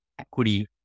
equity